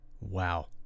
Wow